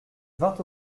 vingt